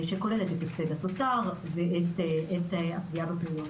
שכולל הפסד תוצר ופגיעה בפריון.